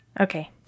Okay